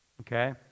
Okay